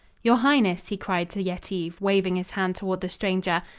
your highness, he cried to yetive, waving his hand toward the stranger,